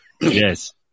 Yes